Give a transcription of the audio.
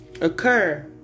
occur